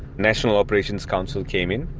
national operations council came in.